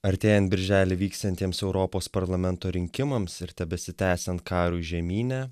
artėjan birželį vyksiantiems europos parlamento rinkimams ir tebesitęsiant karui žemyne